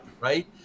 right